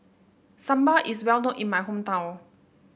Sambar is well known in my hometown